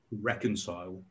reconcile